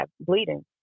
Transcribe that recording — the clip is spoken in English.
bleeding